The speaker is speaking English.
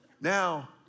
Now